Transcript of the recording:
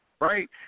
Right